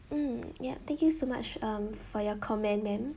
mm yup thank you so much um for your comment ma'am